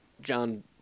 John